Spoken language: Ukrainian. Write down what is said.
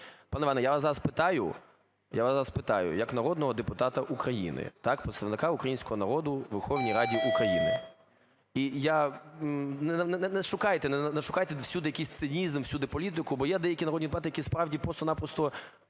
зараз питаю, я зараз вас питаю як народного депутата України, представника українського народу у Верховній Раді України, і не шукайте… не шукайте всюди якийсь цинізм, всюди політику, бо є деякі народні депутати, які справді просто-на-просто,